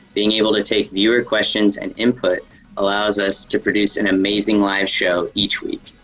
being able to take viewer questions and input allows us to produce an amazing live show each week.